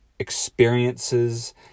experiences